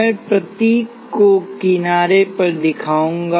मैं प्रतीक को किनारे पर दिखाऊंगा